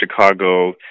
Chicago